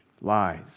Lies